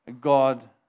God